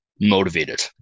motivated